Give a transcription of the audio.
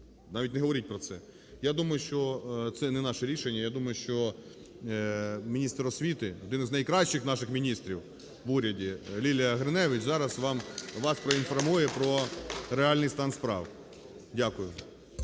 Навіть не говоріть про це. Я думаю, що це не наше рішення. Я думаю, що міністр освіти, один із найкращих наших міністрів в уряді, Лілія Гриневич, зараз вас проінформує про реальний стан справ. Дякую.